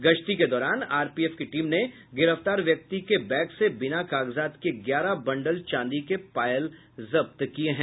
गश्ती के दौरान आरपीएफ की टीम ने गिरफ्तार व्यक्ति के बैग से बिना कागजात के ग्यारह बंडल चांदी के पायल जब्त की है